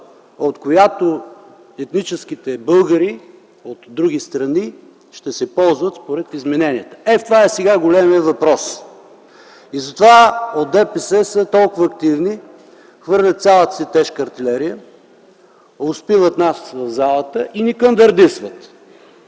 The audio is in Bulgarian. от която етническите българи от други страни ще се ползват според измененията. Ето в това е сега големият въпрос. Затова от ДПС са толкова активни, хвърлят цялата си тежка артилерия, успиват нас в залата и ни кандърдисват.